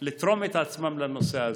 לתרום את עצמם לנושא הזה.